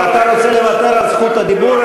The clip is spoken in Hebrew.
אתה רוצה לוותר על זכות הדיבור?